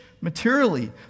materially